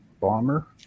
bomber